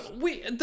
we-